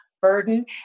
Burden